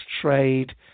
trade